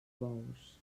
bous